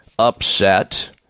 upset